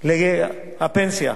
לאלה שלא עובדים לפנסיה.